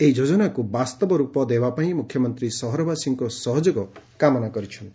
ଏହି ଯୋଜନାକୁ ବାସ୍ତବ ରୂପ ଦେବାପାଇଁ ମୁଖ୍ୟମନ୍ତୀ ସହରବାସୀଙ୍କ ସହଯୋଗ କାମନା କରିଛନ୍ତି